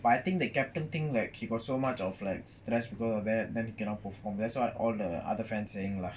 but I think the captain thing like he got so much of like stress because of that then he cannot perform that's what all the other fans saying lah